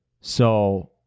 So-